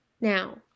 Now